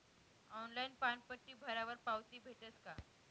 Online पानपट्टी भरावर पावती भेटस का?